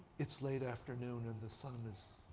it's late afternoon and the sun is